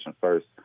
first